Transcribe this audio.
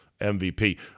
MVP